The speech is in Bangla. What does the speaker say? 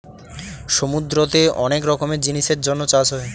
সমুদ্রতে অনেক রকমের জিনিসের জন্য চাষ হয়